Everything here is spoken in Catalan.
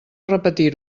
repetir